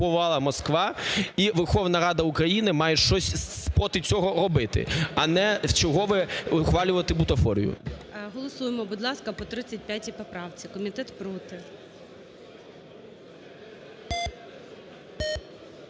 окупувала Москва, і Верховна Рада України має щось проти цього робити, а не вчергове ухвалювати бутафорію. ГОЛОВУЮЧИЙ. Голосуємо, будь ласка, по 35 поправці. Комітет проти.